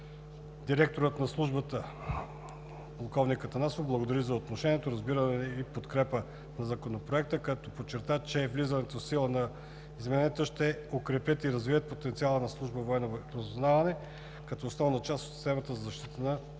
Директорът на Службата полковник Атанасов благодари за отношението, разбирането и подкрепа за Законопроекта, като подчерта, че влизането в сила на измененията ще укрепят и развият потенциала на Служба „Военно разузнаване“, като основна част от системата за защита на